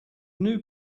new